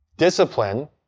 Discipline